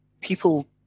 people